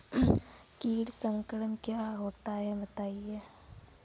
कीट संक्रमण क्या होता है बताएँ?